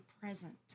present